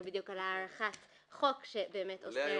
בדיוק על הארכת חוק שבאמת אוסר את העניין הזה.